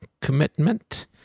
commitment